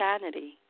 sanity